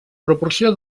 proporció